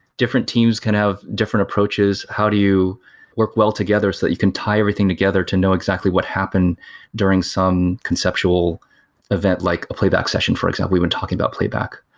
different teams can have different approaches. how do you work well together, so that you can tie everything together to know exactly what happened during some conceptual event like a playback session, for example, when talking about playback?